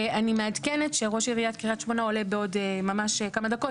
אני מעדכנת שראש עיריית קריית שמונה עולה ממש בעוד כמה דקות,